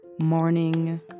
morning